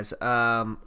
guys